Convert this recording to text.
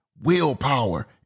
Willpower